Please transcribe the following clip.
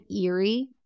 eerie